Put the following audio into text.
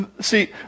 See